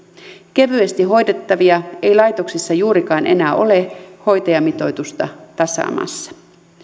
kevyesti hoidettavia ei laitoksissa juurikaan enää ole hoitajamitoitusta tasaamassa